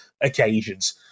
occasions